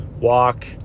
walk